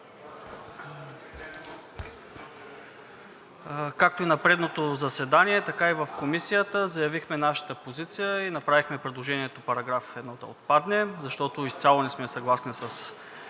Както и на предното заседание, така и в Комисията заявихме нашата позиция и направихме предложението § 1 да отпадне, защото изцяло не сме съгласни с